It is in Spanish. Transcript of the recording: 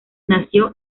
nació